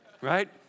right